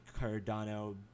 Cardano